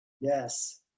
Yes